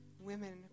women